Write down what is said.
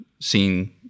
seen